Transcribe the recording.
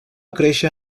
créixer